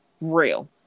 real